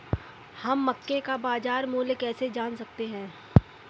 हम मक्के का बाजार मूल्य कैसे जान सकते हैं?